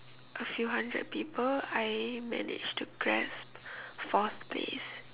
a few hundred people I managed to grasp fourth place